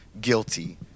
guilty